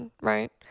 Right